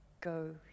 Go